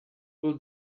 will